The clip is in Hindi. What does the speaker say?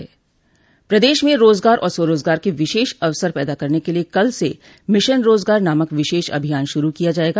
प्रदेश में रोजगार और स्वरोजगार के विशेष अवसर पैदा करने के लिये कल से मिशन रोजगार नामक विशेष अभियान शुरू किया जायेगा